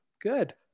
Good